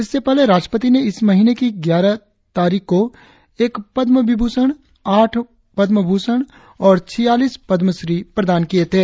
इससे पहले राष्ट्रपति ने इस महीने की यारह तारीख को एक पद्म विभूषण आठ पद्म भूषण और छियालीस पद्मश्री प्रदान किए थे